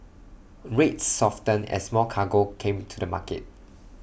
rates softened as more cargo came to the market